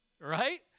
Right